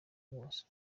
wose